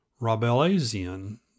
rabelaisian